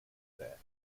that